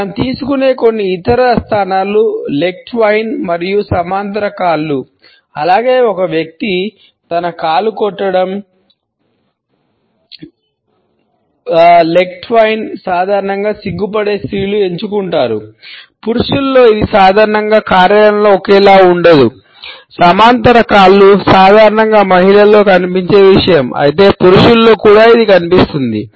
మనం తీసుకునే కొన్ని ఇతర స్థానాలు లెగ్ ట్వైన్ సాధారణంగా మహిళల్లో కనిపించే విషయం అయితే పురుషులలో కూడా ఇది కనిపిస్తుంది